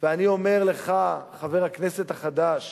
ואני אומר לך, חבר הכנסת החדש,